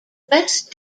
west